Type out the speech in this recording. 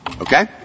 Okay